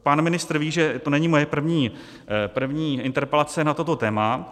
Pan ministr ví, že to není moje první interpelace na toto téma.